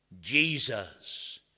Jesus